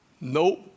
nope